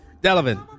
Delavan